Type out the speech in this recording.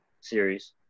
series